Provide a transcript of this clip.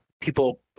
people